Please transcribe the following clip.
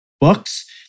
books